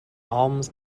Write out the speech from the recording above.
alms